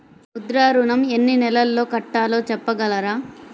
ముద్ర ఋణం ఎన్ని నెలల్లో కట్టలో చెప్పగలరా?